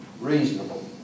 reasonable